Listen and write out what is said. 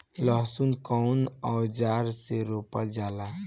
लहसुन कउन औजार से रोपल जाला?